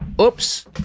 Oops